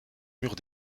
murs